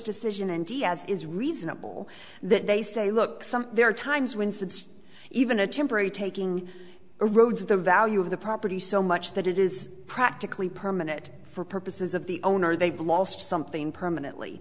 decision and diaz is reasonable that they say look some there are times when sibs even a temporary taking a road to the value of the property so much that it is practically permanent for purposes of the owner they've lost something permanently